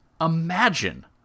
imagine